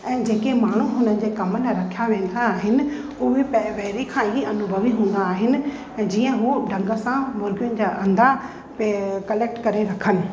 ऐं जेके माण्हू हुननि जे कम लाइ रखिया वेंदा आहिनि उहे प पहिरीं खां ई अनूभवी हूंदा आहिनि जीअं हू ढंग सां मुर्गियुनि जा अंडा पे कलेक्ट करे रखनि